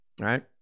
right